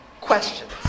questions